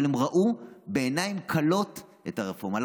אבל הם ראו בעיניים כלות את הרפורמה.